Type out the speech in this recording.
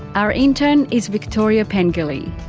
our intern is victoria pengilley.